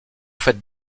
faites